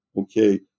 okay